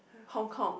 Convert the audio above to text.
Hong-Kong